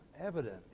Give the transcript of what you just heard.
evident